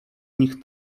nich